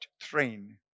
train